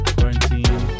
Quarantine